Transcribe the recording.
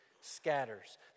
scatters